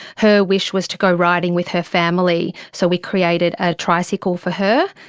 her wish was to go riding with her family, so we created a tricycle for her.